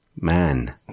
Man